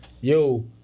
yo